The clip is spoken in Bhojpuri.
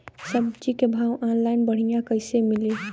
सब्जी के भाव ऑनलाइन बढ़ियां कइसे मिली?